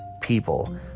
people